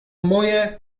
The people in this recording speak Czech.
moje